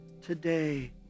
today